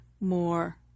more